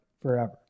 forever